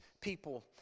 people